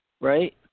right